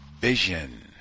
vision